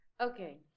okay